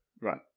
Right